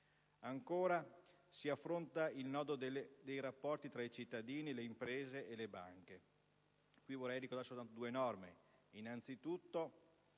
Ancora, si affronta il nodo dei rapporti fra i cittadini, le imprese e le banche.